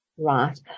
Right